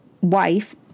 wife